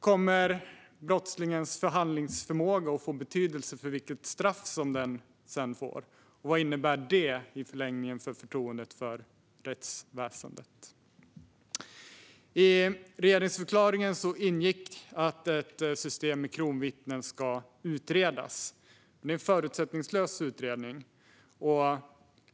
Kommer brottslingens förhandlingsförmåga att få betydelse för vilket straff man sedan får, och vad innebär det i förlängningen för förtroendet för rättsväsendet? I regeringsförklaringen ingick att ett system med kronvittnen ska utredas i en förutsättningslös utredning.